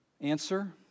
Answer